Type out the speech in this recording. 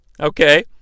okay